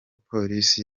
polisi